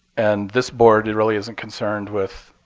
and this board and really isn't concerned with